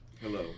Hello